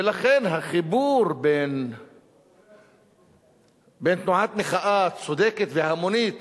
ולכן החיבור בין תנועת מחאה צודקת והמונית